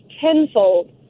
tenfold